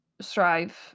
strive